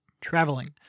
traveling